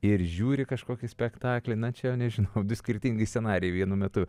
ir žiūri kažkokį spektaklį na čia jau nežinau du skirtingi scenarijai vienu metu